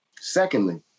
secondly